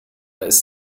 ist